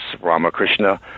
Ramakrishna